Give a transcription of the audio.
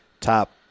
top